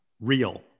real